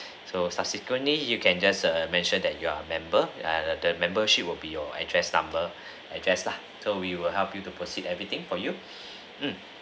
so subsequently you can just err mentioned that you are a member and the membership will be your address number address lah so we will help you to proceed everything for you mm